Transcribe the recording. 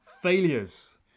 failures